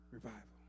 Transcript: Revival